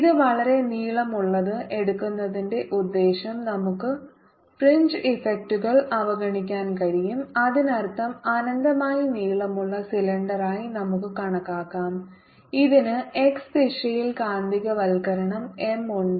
ഇത് വളരെ നീളമുള്ളത് എടുക്കുന്നതിന്റെ ഉദ്ദേശ്യം നമുക്ക് ഫ്രിഞ്ച് ഇഫക്റ്റുകൾ അവഗണിക്കാൻ കഴിയും അതിനർത്ഥം അനന്തമായി നീളമുള്ള സിലിണ്ടറായി നമുക്ക് കണക്കാക്കാം ഇതിന് x ദിശയിൽ കാന്തികവൽക്കരണം M ഉണ്ട്